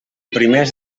primers